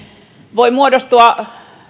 voi muodostua